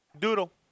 Doodle